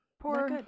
poor